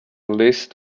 list